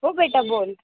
हो बेटा बोल